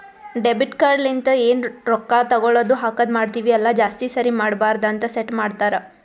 debit card ಲಿಂತ ಎನ್ ರೊಕ್ಕಾ ತಗೊಳದು ಹಾಕದ್ ಮಾಡ್ತಿವಿ ಅಲ್ಲ ಜಾಸ್ತಿ ಸರಿ ಮಾಡಬಾರದ ಅಂತ್ ಸೆಟ್ ಮಾಡ್ತಾರಾ